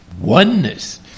oneness